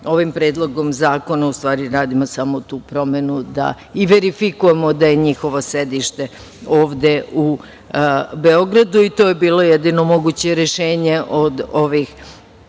Ovim predlogom zakona u stvari radimo samo tu promenu i verifikujemo da je njihovo sedište ovde u Beogradu. To je bilo jedino moguće rešenje zbog ovih